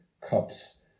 cups